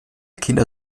kinder